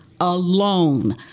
alone